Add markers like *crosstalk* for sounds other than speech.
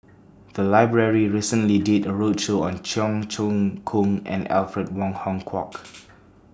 The Library recently did A roadshow on Cheong Choong Kong and Alfred Wong Hong Kwok *noise*